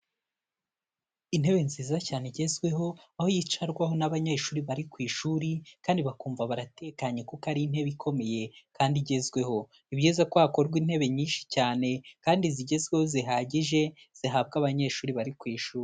Intebe nziza cyane igezweho aho yicarwaho n'abanyeshuri bari ku ishuri kandi bakumva baratekanye kuko ari intebe ikomeye kandi igezweho. Ni byiza ko hakorwa intebe nyinshi cyane kandi zigezweho zihagije, zihabwa abanyeshuri bari ku ishuri.